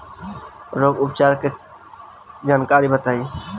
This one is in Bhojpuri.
रोग उपचार के जानकारी बताई?